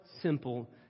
simple